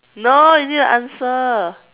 no you need to answer